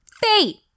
Fate